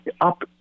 up